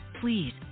please